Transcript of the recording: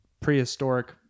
prehistoric